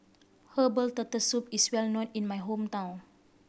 herbal Turtle Soup is well known in my hometown